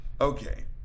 Okay